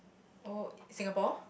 oh Singapore